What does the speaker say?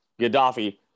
Gaddafi